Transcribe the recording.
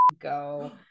go